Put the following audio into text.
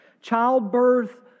Childbirth